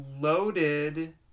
loaded